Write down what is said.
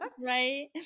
Right